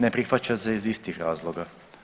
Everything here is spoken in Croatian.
Ne prihvaća se iz istih razloga.